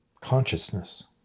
consciousness